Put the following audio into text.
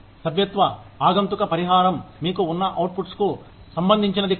సభ్యత్వ ఆగంతుక పరిహారం మీకు ఉన్న అవుట్పుట్ కు సంబంధించినది కాదు